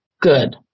Good